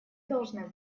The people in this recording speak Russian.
должны